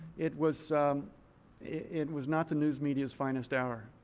it was it was not the news media's finest hour.